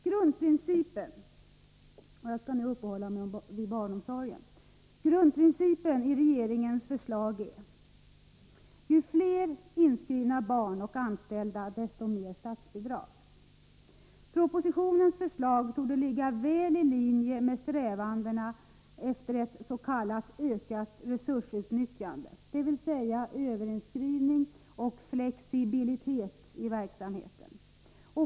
Grundprincipen för barnomsorgen i regeringens förslag är: ju fler inskrivna barn och anställda desto mer statsbidrag. Propositionens förslag torde ligga väl i linje med strävandena mot ett s.k. ökat resursutnyttjande, dvs. överinskrivning och flexibilitet i verksamheten.